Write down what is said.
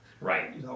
Right